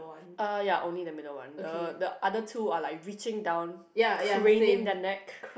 uh ya only the middle one the the other two are like reaching down craning their neck